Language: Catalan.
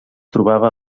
trobava